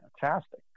fantastic